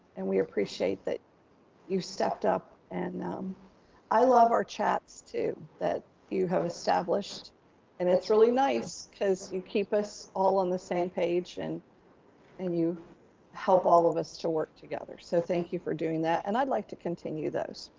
and we appreciate that you stepped up and um i love our chats too, that you have established and it's really nice cause you keep us all on the same page and and you help all of us to work together. so thank you for doing that. and i'd like to continue those.